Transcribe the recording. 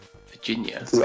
Virginia